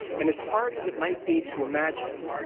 and as hard as it might be to imagine,